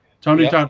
Tony